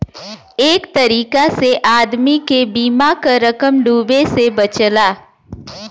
एक तरीका से आदमी के बीमा क रकम डूबे से बचला